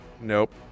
nope